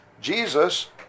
Jesus